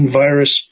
virus